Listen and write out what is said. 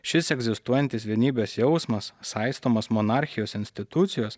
šis egzistuojantis vienybės jausmas saistomas monarchijos institucijos